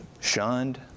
shunned